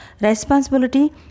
responsibility